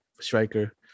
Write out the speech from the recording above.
striker